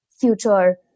future